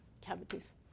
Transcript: cavities